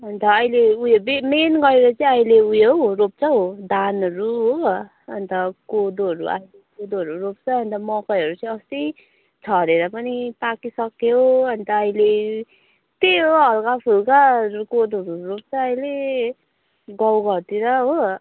अन्त अहिले उयो बे मेन गरेर चाहिँ अहिले उयो हौ रोप्छ हौ धानहरू हो अन्त कोदोहरू अहिले कोदोहरू रोप्छ अन्त मकैहरू चाहिँ अस्ति छरेर पनि पाकिसक्यो अन्त अहिले त्यही हो हल्काफुल्का कोदोहरू रोप्छ अहिले गाउँघरतिर हो